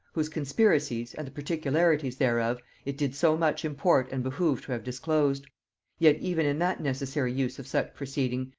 whose conspiracies, and the particularities thereof, it did so much import and behove to have disclosed yet even in that necessary use of such proceeding,